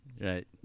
Right